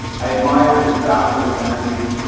i admire his boundless energy,